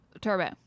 Turbo